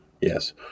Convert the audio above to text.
yes